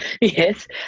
yes